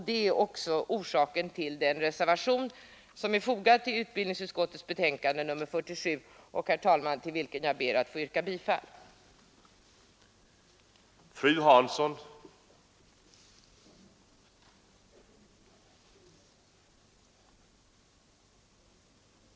Det är också orsaken till att en reservation fogats till utskottsbetänkandet, och jag ber att få yrka bifall till denna.